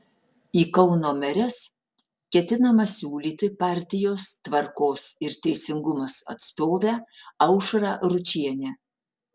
į kauno meres ketinama siūlyti partijos tvarkos ir teisingumas atstovę aušrą ručienę